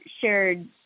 shared